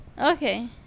Okay